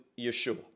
Yeshua